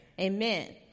Amen